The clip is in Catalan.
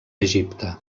egipte